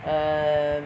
err